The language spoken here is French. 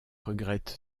regrettent